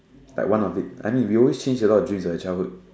like one of it I mean we always change a lot dreams at childhood